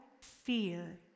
fear